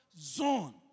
zone